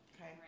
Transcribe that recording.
Okay